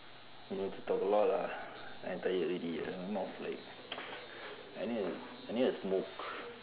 you need to talk a lot ah I tired already my mouth like I need a I need a smoke